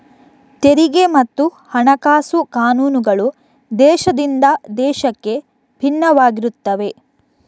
ತೆರಿಗೆ ಮತ್ತು ಹಣಕಾಸು ಕಾನೂನುಗಳು ದೇಶದಿಂದ ದೇಶಕ್ಕೆ ಭಿನ್ನವಾಗಿರುತ್ತವೆ